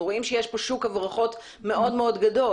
אנחנו רואים שיש כאן שוק הברחות מאוד מאוד גדול.